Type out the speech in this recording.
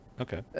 Okay